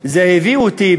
זה הביא אותי,